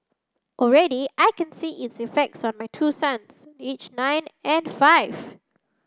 already I can see its effects on my two sons aged nine and five